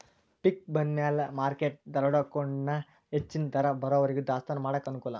ಪಿಕ್ ಬಂದಮ್ಯಾಲ ಮಾರ್ಕೆಟ್ ದರಾನೊಡಕೊಂಡ ಹೆಚ್ಚನ ದರ ಬರುವರಿಗೂ ದಾಸ್ತಾನಾ ಮಾಡಾಕ ಅನಕೂಲ